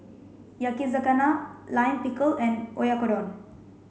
Yakizakana Lime Pickle and Oyakodon